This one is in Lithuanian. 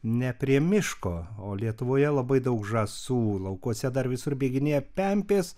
ne prie miško o lietuvoje labai daug žąsų laukuose dar visur bėginėja pempės